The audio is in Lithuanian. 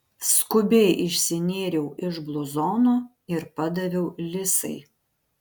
skubiai išsinėriau iš bluzono ir padaviau lisai